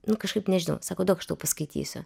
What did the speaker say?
nu kažkaip nežinau sako duok aš tau paskaitysiu